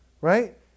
Right